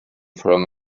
from